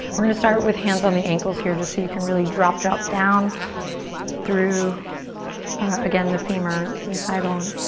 we're gonna start with hands on the ankles here just so you can really drop, drop down through again the femur, the thigh bone.